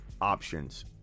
options